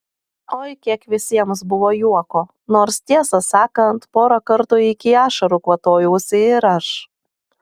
oi kiek visiems buvo juoko nors tiesą sakant porą kartų iki ašarų kvatojausi ir aš